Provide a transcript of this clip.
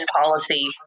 policy